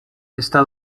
está